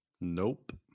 Nope